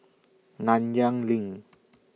Nanyang LINK